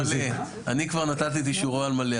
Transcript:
אני כבר נתתי את אישורו על מלא,